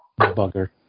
Bugger